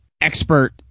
expert